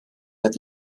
oedd